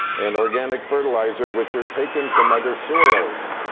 and organic fertilizer which are taken from other soils.